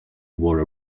wore